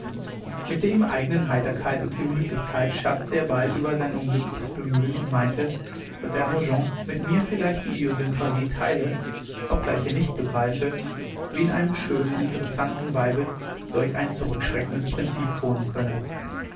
mit der ihm eignen heiterkeit und gemütlichkeit scherzte er bald über sein unglückliches bemühen und meinte daß hermogen mit mir vielleicht die idiosynkrasie teile obgleich er nicht begreife wie in einem schönen interessanten weibe solch ein zurückschreckendes prinzip wohnen könne